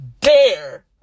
Dare